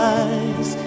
eyes